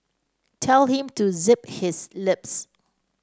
tell him to zip his lips